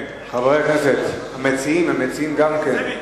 חברי הכנסת, המציעים, גם המציעים,